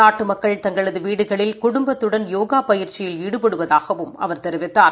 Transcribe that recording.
நாட்டு மக்கள் தங்ளது வீடுகளில் குடும்பத்துடன் யோகா பயிற்சியில் ஈடுபடுவதாகவும் அவர் தெரிவித்தார்